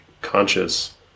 conscious